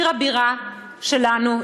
עיר הבירה שלנו,